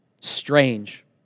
strange